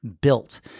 built